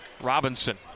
Robinson